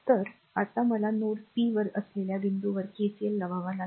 तर आता मला नोड p वर असलेल्या बिंदूवर KCL लावावा लागेल